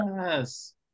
Yes